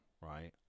right